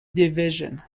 division